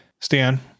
Stan